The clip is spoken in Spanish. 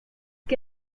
que